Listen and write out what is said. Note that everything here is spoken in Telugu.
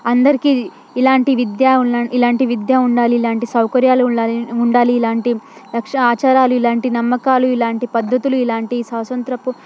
అందరికీ ఇలాంటి విద్య ఉన్న ఇలాంటి విద్య ఉండాలి ఇలాంటి సౌకర్యాలు ఉండ ఉండాలి ఇలాంటి రక్ష ఆచారాలు ఇలాంటి నమ్మకాలు ఇలాంటి పద్ధతులు ఇలాంటి స్వాతంత్రపు